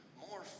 more